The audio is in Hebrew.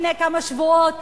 לפני כמה שבועות,